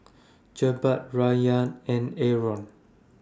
Jebat Rayyan and Aaron